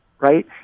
Right